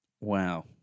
wow